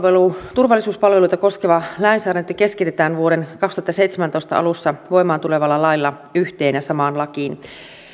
turvallisuuspalveluita koskeva lainsäädäntö keskitetään vuoden kaksituhattaseitsemäntoista alussa voimaan tulevalla lailla yhteen ja samaan lakiin